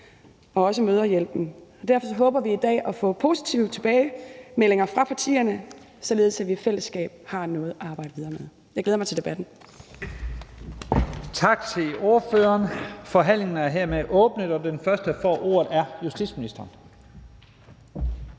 og også Mødrehjælpen. Derfor håber vi i dag at få positive tilbagemeldinger fra partierne, således at vi i fællesskab har noget at arbejde videre med. Jeg glæder mig til debatten.